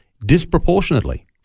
disproportionately